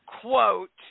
quote